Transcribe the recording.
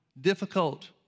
difficult